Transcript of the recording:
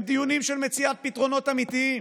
הם דיונים של מציאת פתרונות אמיתיים.